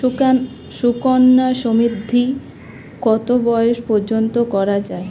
সুকন্যা সমৃদ্ধী কত বয়স পর্যন্ত করা যায়?